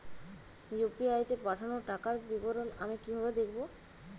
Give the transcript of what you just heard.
UPI তে পাঠানো টাকার বিবরণ আমি কিভাবে দেখবো?